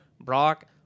Brock